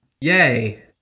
Yay